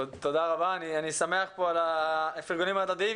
תודה רבה, אני שמח על הפרגונים ההדדיים.